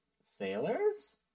Sailors